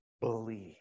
believe